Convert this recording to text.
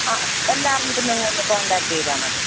ആ എല്ലാം അറിഞ്ഞിട്ട് നിങ്ങളൊന്ന് കോൺടാക്ട് ചെയ്താൽ മതി